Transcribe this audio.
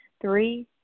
Three